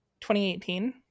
2018